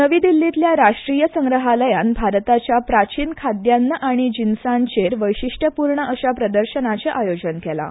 नवी दिल्लींतल्या राष्ट्रीय संग्रहालयान भारताच्या प्राचीन खाद्यान्न आनी जिनसाचेर वैशिश्टपूर्ण अशा प्रदर्शनाचें आयोजन केलां